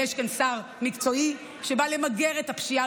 יש כאן שר מקצועי שבא למגר את הפשיעה